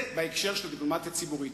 זה בהקשר של דיפלומטיה ציבורית,